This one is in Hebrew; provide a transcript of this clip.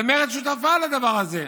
ומרצ שותפה לדבר הזה.